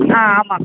ஆ ஆமாம்